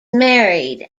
married